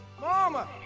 Mama